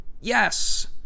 yes